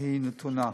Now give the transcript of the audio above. היא נתונה.